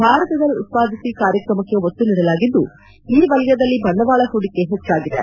ಭಾರತದಲ್ಲಿ ಉತ್ಪಾದಿಸಿ ಕಾರ್ಯಕ್ರಮಕ್ಕೆ ಒತ್ತು ನೀಡಲಾಗಿದ್ದು ಈ ವಲಯದಲ್ಲಿ ಬಂಡವಾಳ ಹೂಡಿಕೆ ಹೆಚ್ಚಾಗಿದೆ